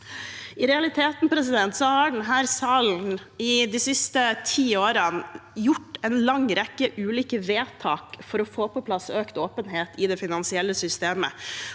I realiteten har denne salen de siste ti årene gjort en lang rekke ulike vedtak for å få på plass økt åpenhet i det finansielle systemet.